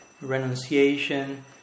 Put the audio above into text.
renunciation